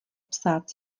psát